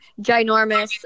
ginormous